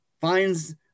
finds